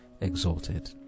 exalted